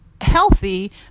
healthy